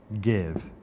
give